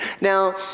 Now